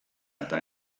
eta